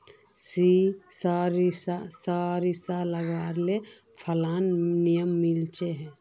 सारिसा लगाले फलान नि मीलचे?